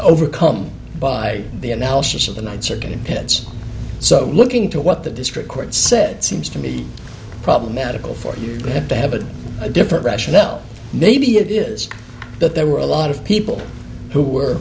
overcome by the analysis so the nights are getting hits so looking to what the district court said seems to be problematical for you have to have a different rationale maybe it is that there were a lot of people who were